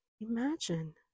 imagine